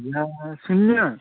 ला शून्य